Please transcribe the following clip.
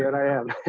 and i am